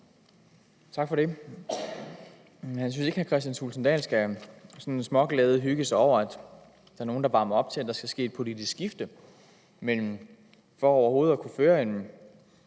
Tak for det. Jeg synes ikke, hr. Kristian Thulesen Dahl skal småglædehygge sig over, at der er nogle, der varmer op til, at der skal ske et politisk skifte, men for overhovedet at kunne føre en